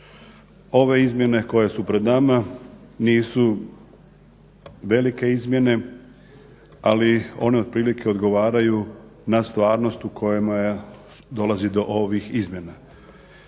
Ove izmjene koje su pred nama nisu velike izmjene, ali one otprilike odgovaraju na stvarnost u kojoj dolazi do ovih izmjena.